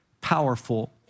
powerful